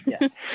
yes